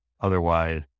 otherwise